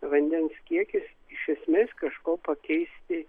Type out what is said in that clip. vandens kiekis iš esmės kažko pakeisti